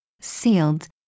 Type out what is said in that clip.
sealed